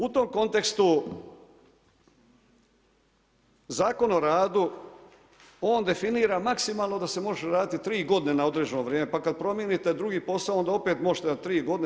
U tom kontekstu Zakon o radu on definira maksimalno da se može raditi tri godine na određeno vrijeme, pa kad promijenite drugi posao onda opet možete na tri godine.